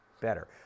better